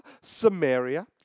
Samaria